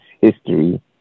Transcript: history